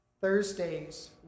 Thursday's